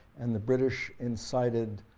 and the british incited